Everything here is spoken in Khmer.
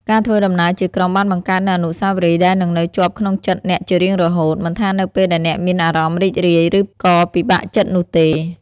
ការធ្វើដំណើរជាក្រុមបានបង្កើតនូវអនុស្សាវរីយ៍ដែលនឹងនៅជាប់ក្នុងចិត្តអ្នកជារៀងរហូត មិនថានៅពេលដែលអ្នកមានអារម្មណ៍រីករាយឬក៏ពិបាកចិត្តនោះទេ។